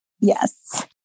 Yes